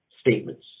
statements